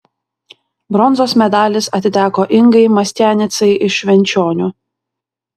bronzos medalis atiteko ingai mastianicai iš švenčionių